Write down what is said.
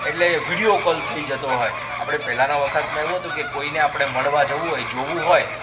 એટલે video call થઈ જતો હોય આપણે પહેલાંના વખતમાં એવું હતું કે કોઈને આપણે મળવા જવું હોય જોવું હોય